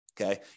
Okay